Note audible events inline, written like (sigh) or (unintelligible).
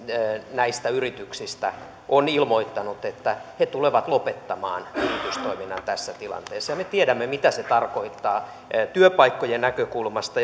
näistä yrityksistä on ilmoittanut että he tulevat lopettamaan yritystoiminnan tässä tilanteessa ja me tiedämme mitä se tarkoittaa työpaikkojen näkökulmasta (unintelligible)